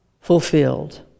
fulfilled